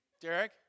Derek